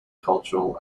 cultural